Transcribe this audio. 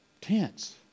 tense